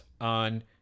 on